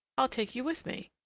i'll take you with me.